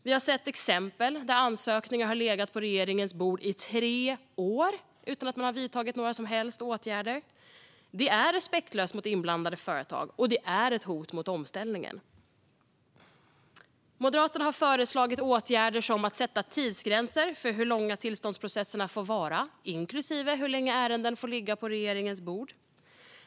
Vi har sett exempel där ansökningar har legat på regeringens bord i tre år utan att man har vidtagit några som helst åtgärder. Det är respektlöst mot inblandade företag, och det är ett hot mot omställningen. Moderaterna har föreslagit åtgärder som att sätta tidsgränser för hur långa tillståndsprocesserna få vara, inklusive hur länge ärenden får ligga på regeringens bord.